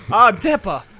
ahh! depper!